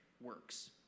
works